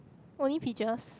only peaches